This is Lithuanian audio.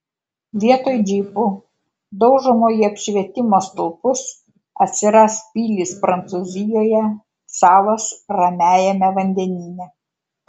vietoj džipų daužomų į apšvietimo stulpus atsiras pilys prancūzijoje salos ramiajame vandenyne